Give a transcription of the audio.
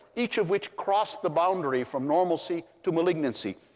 each of which cross the boundary from normalcy to malignancy,